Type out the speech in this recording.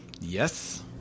yes